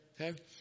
Okay